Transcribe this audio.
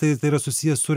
tai tai yra susiję su